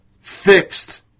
fixed